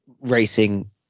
racing